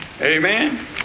Amen